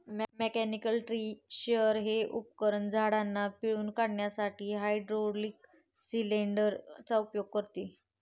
mechanical tree shaker हे उपकरण झाडांना पिळून काढण्यासाठी हायड्रोलिक सिलेंडर चा उपयोग करते